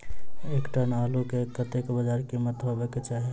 एक टन आलु केँ कतेक बजार कीमत हेबाक चाहि?